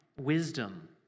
wisdom